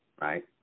right